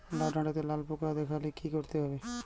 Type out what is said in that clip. লাউ ডাটাতে লাল পোকা দেখালে কি করতে হবে?